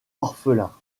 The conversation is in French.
orphelins